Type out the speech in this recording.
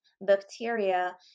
bacteria